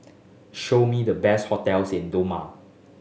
show me the best hotels in Doma